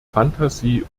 phantasie